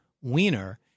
Wiener